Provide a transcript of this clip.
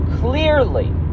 clearly